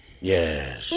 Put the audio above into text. yes